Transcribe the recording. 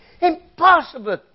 Impossible